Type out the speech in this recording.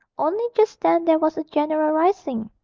only just then there was a general rising.